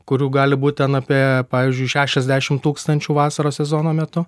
kurių gali būt ten apie pavyzdžiui šešiasdešim tūkstančių vasaros sezono metu